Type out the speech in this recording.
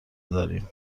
داریم